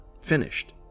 finished